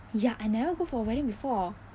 ya I never go for a wedding before